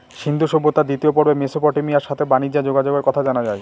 সিন্ধু সভ্যতার দ্বিতীয় পর্বে মেসোপটেমিয়ার সাথে বানিজ্যে যোগাযোগের কথা জানা যায়